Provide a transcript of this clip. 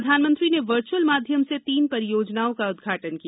प्रधानमंत्री ने वर्चुअल माध्यम से तीन परियोजनाओं का उदघाटन किया